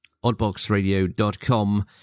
oddboxradio.com